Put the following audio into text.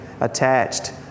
attached